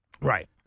Right